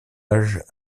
âge